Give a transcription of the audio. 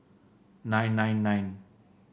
nine nine nine